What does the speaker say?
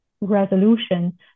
resolution